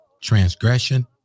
transgression